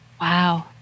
wow